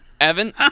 Evan